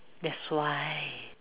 that's why